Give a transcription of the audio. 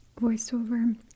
voiceover